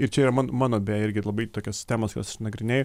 ir čia yra man mano beje irgi labai tokias temos jos aš nagrinėju